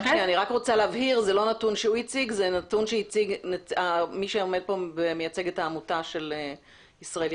זה נתון שהציג מי שעומד ומייצג את העמותה של ישראל ירוקה.